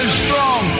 strong